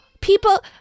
people